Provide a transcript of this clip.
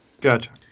Gotcha